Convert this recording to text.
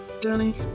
Danny